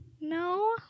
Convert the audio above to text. No